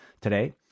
today